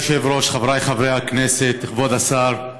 אדוני היושב-ראש, חבריי חברי הכנסת, כבוד השר,